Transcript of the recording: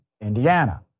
Indiana